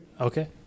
Okay